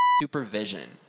supervision